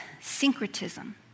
syncretism